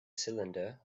cylinder